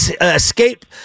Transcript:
escape